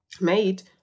made